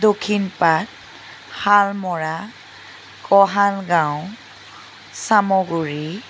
দক্ষিণপাত হালমৰা কহাল গাঁও চামগুৰি